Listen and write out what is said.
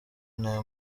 nayo